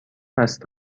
است